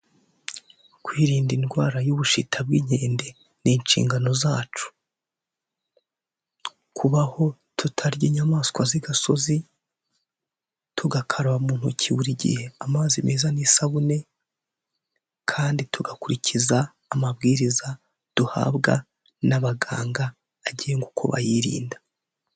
Kwirinda indwara y'ubushita bw'inkende ni inshingano zacu. Kubaho tutarya inyamaswa z'igasozi, tugakaraba mu ntoki buri gihe amazi meza n'isabune, kandi tugakurikiza amabwiriza duhabwa n'abaganga agenga uko bayirinda.